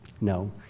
No